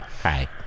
Hi